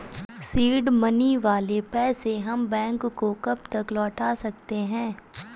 Seed money वाले पैसे हम बैंक को कब तक लौटा सकते हैं?